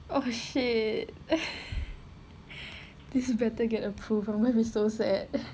oh shit this better get approved I will be so sad